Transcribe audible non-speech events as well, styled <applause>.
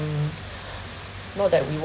mm <noise> <breath> not that we want